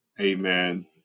amen